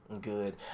good